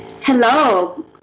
hello